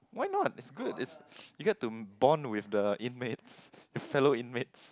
why not is good is you get to bound with the inmates the fellow inmates